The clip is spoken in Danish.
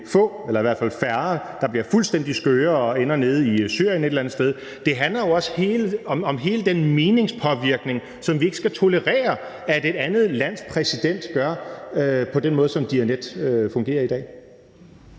få, eller i hvert fald færre, der bliver fuldstændig skøre og ender nede i Syrien et eller andet sted; det handler jo også om hele den meningspåvirkning, som vi ikke skal tolerere at et andet lands præsident udøver på den måde, som Diyanet fungerer i dag.